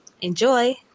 Enjoy